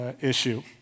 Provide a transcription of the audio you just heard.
issue